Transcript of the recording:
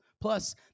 Plus